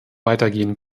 weitergehen